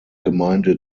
gemeinde